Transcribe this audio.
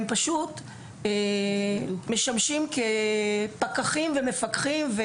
הם פשוט משמשים כפקחים ומפקחים,